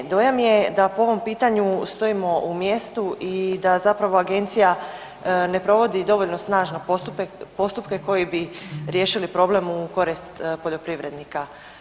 Dojam je da po ovom pitanju stojimo u mjestu i da zapravo agencija ne provodi dovoljno snažno postupke koji bi riješili problem u korist poljoprivrednika.